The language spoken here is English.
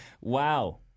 Wow